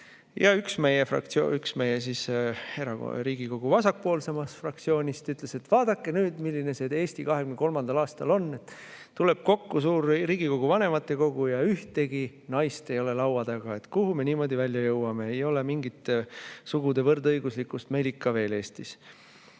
Üks meie Riigikogu vasakpoolsemast fraktsioonist ütles: "Vaadake nüüd, milline see Eesti 2023. aastal on. Tuleb kokku suur Riigikogu vanematekogu ja ühtegi naist ei ole laua taga. Kuhu me niimoodi välja jõuame? Ei ole mingit sugude võrdõiguslikkust meil veel Eestis."